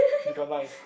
we got nine